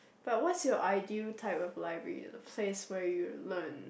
but what's your ideal type of library a place where you learn